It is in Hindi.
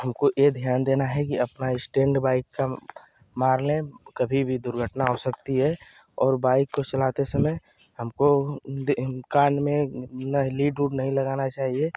हमको ये ध्यान देना है कि अपना स्टैन्ड बाइ का मार लें कभी भी दुर्घटना हो सकती है और बाइक को चलाते समय हमको कान में नै लीड उड़ नहीं लगाना चाहिए